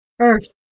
earth